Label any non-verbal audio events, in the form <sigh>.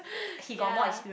<breath> ya